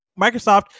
Microsoft